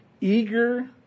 eager